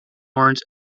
warns